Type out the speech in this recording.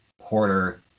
Porter